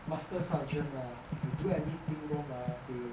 master sergeant ah if you do anything wrong they will